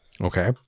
okay